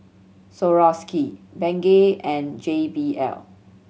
Swarovski Bengay and J B L